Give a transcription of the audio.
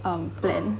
um plan